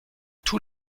tous